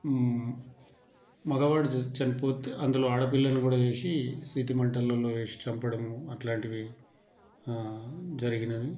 మగవాడు చనిపోతే అందులో ఆడపిల్లని కూడా వేసి చితిమంటలలో వేసి చంపటమూ అట్లాంటివి జరిగినవి